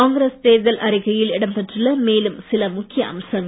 காங்கிரஸ் தேர்தல் அறிக்கையில் இடம் பெற்றுள்ள மேலும் சில முக்கிய அம்சங்கள்